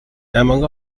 among